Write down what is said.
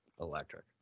electric